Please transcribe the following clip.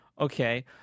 okay